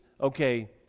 okay